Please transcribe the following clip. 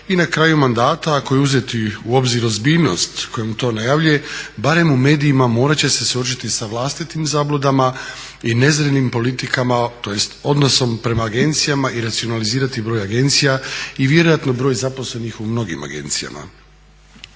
i na kraju mandata, ako je uzeti u obzir ozbiljnost kojom to najavljuje barem u medijima, morat će se suočiti sa vlastitim zabludama i nezrelim politikama tj. odnosom prema agencijama i racionalizirati broj agencija i vjerojatno broj zaposlenih u mnogim agencijama.